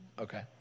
Okay